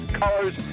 colors